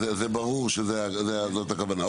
אז ברור שזו הכוונה.